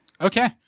Okay